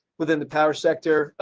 within the power sector,